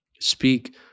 Speak